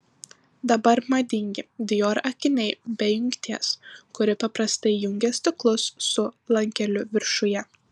dabar madingi dior akiniai be jungties kuri paprastai jungia stiklus su lankeliu viršuje